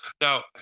now